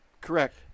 Correct